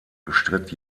bestritt